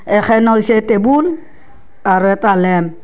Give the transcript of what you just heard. এখান হৈছে টেবুল আৰু এটা লেম্প